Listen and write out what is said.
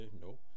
no